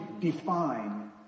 define